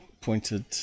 pointed